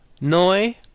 noi